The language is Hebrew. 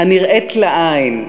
הנראית לעין,